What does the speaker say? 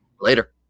Later